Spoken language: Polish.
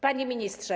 Panie Ministrze!